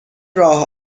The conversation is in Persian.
راه